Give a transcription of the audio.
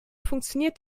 funktioniert